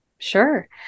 Sure